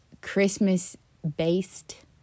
Christmas-based